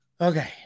Okay